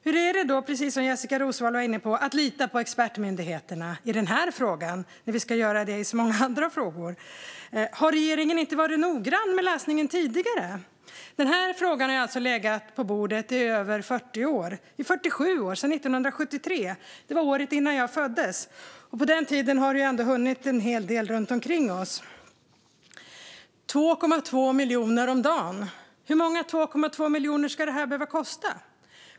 Hur är det då, precis som Jessika Roswall var inne på, att lita på expertmyndigheterna i denna fråga när vi ska göra det i så många andra frågor? Har regeringen inte varit noggrann med läsningen tidigare? Den här frågan har alltså legat på bordet i 47 år, sedan 1973. Det var året innan jag föddes. Under denna tid har det ändå hunnit hända en hel del runt omkring oss. 2,2 miljoner kronor om dagen kostar detta. Hur många 2,2 miljoner kronor ska detta behöva kosta?